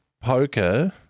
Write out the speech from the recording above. poker